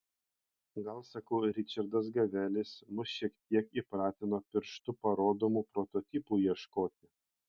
gal sakau ričardas gavelis mus šiek tiek įpratino pirštu parodomų prototipų ieškoti